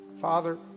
Father